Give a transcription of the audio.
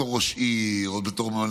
כשאני מגיע למקומות בתור ראש עיר או בתור ממלא